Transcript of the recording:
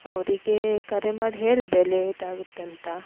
ಅವರಿಗೇ ಕರೆ ಮಾಡಿ ಹೇಳ್ದೆ ಲೇಟಾಗುತ್ತೆಂತ